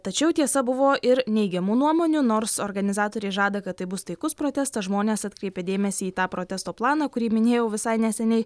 tačiau tiesa buvo ir neigiamų nuomonių nors organizatoriai žada kad tai bus taikus protestas žmonės atkreipė dėmesį į tą protesto planą kurį minėjau visai neseniai